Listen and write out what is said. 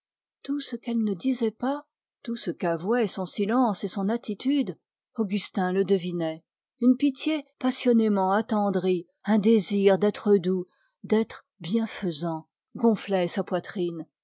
tout ce qu'elle ne disait pas tout ce qu'avouaient son silence et son attitude augustin le devinait une pitié passionnément attendrie un désir d'être doux et bienfaisant gonflaient sa poitrine